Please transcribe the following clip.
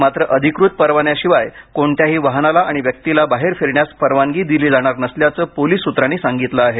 मात्र अधिकृत परवान्याशिवाय कोणत्याही वाहनाला आणि व्यक्तीला बाहेर फिरण्यास परवानगी दिली जाणार नसल्याचं पोलीस सूत्रांनी सांगितलं आहे